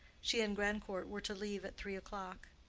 she and grandcourt were to leave at three o'clock.